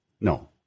No